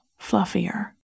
fluffier